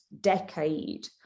decade